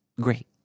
great